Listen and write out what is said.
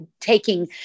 taking